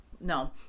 No